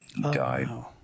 died